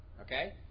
okay